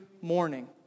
morning